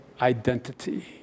identity